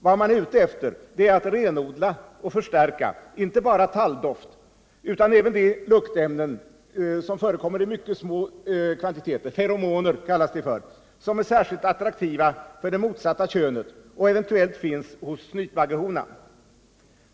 Vad man är ute efter är att renodla och förstärka inte bara talldoft utan även de luktämnen som förekommer i mycket små kvantiteter, feromoner, och som är särskilt attraktiva för det motsatta könet och eventuellt finns hos snytbaggehonan.